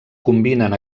combinen